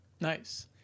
Nice